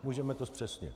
Můžeme to zpřesnit.